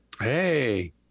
hey